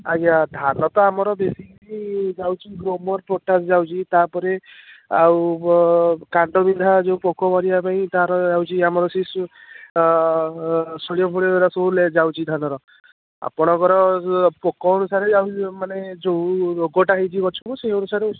ଆଜ୍ଞା ଧାନ ତ ଆମର ବେଶି ଯାଛିଚି ଗ୍ରୋମର୍ ପଟାସ୍ ଯାଉଛି ତା'ପରେ ଆଉ କାଣ୍ଡବିନ୍ଧା ଯେଉଁ ପୋକୋ ମରିବା ପାଇଁ ତା'ର ଯାଉଛି ଆମର ସିସୁ ସୋଡ଼ିୟମ୍ ଫୋଡ଼ିୟମ୍ ଏଗୁଡ଼ା ସବୁ ଲେ ଯାଉଛି ଧାନର ଆପଣଙ୍କର ପୋକ ଅନୁସାରେ ଯାଉ ମାନେ ଯେଉଁ ରୋଗଟା ହେଇଛି ଗଛକୁ ସେହି ଅନୁସାରେ ସବୁ